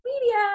media